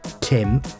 Tim